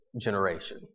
generation